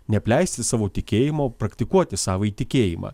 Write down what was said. neapleisti savo tikėjimo praktikuoti savąjį tikėjimą